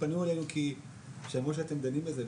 פנו אלינו כי שמעו שאתם דנים בזה,